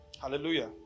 Hallelujah